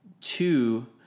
Two